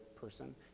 person